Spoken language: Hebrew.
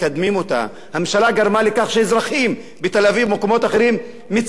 גרמה לכך שאזרחים בתל-אביב ובמקומות אחרים מציתים את עצמם,